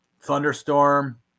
thunderstorm